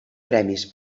premis